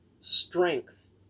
strength